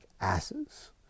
asses